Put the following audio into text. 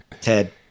Ted